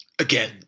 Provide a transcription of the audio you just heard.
Again